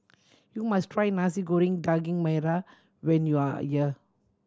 you must try Nasi Goreng Daging Merah when you are here